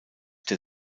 der